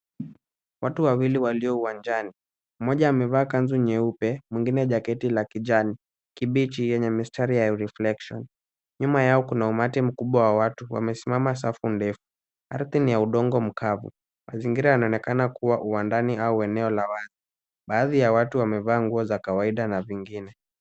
Watu wawili walio uwanjani. Moja amevaa kanzu nyeupe, mwingine jaketi la kijani kibichi yenye mistari ya reflection . Nyuma yao kuna umati mkubwa wa watu wamesimama safu ndefu. Ardhi ni ya udongo mkavu. Mazingira yanaonekana kuwa uwandani au eneo la watu. Baadhi ya watu wamevaa nguo za kawaida na vingine.